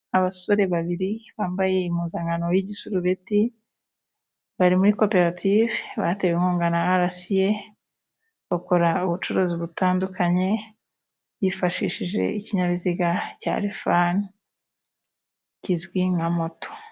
Abasore babiri bambaye impuzankano y'igisurubeti bari muri koperative, batewe inkunga na Arasiye, bakora ubucuruzi butandukanye bifashishije ikinyabiziga cya rifani kizwi nka moto.